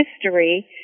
history